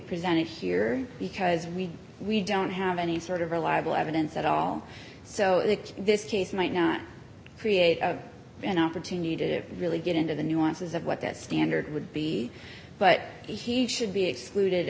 presented here because we we don't have any sort of reliable evidence at all so this case might not create an opportunity to really get into the nuances of what that standard would be but he should be excluded